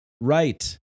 right